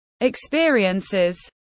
experiences